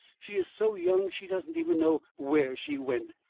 she is so young she doesn't even know where she went.